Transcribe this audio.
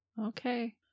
Okay